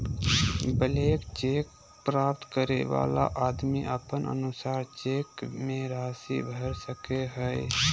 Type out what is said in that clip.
blank cheque प्राप्त करे वाला आदमी अपन अनुसार चेक मे राशि भर सको हय